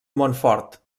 montfort